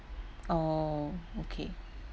oh okay